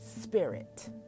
spirit